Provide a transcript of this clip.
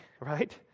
right